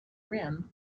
rim